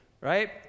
Right